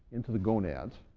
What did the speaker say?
into the gonads,